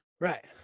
right